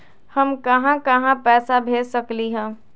हम कहां कहां पैसा भेज सकली ह?